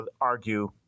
argue